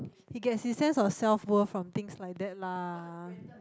he gets his sense of self worth from things like that lah